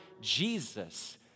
Jesus